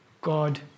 God